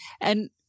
And-